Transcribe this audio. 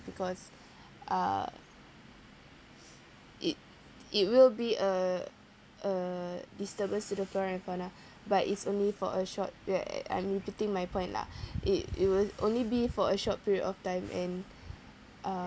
because uh it it will be a a disturbance to the flora and fauna but it's only for a short ya ya I'm putting my point lah it it'll only be for a short period of time and uh